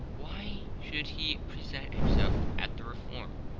why should he present himself at the reform?